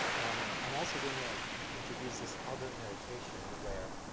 um, i'm also gonna introduce this other notation where,